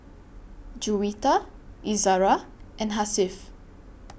Juwita Izzara and Hasif